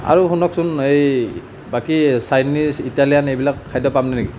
আৰু শুনকচোন এই বাকী চাইনিজ ইটালিয়ান এইবিলাক খাদ্য পাম নেকি